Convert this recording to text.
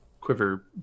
quiver